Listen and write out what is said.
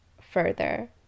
further